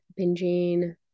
binging